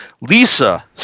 Lisa